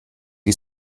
die